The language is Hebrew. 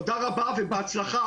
תודה רבה ובהצלחה.